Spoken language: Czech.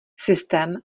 systém